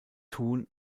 thun